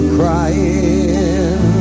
crying